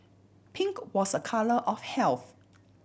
pink was a colour of health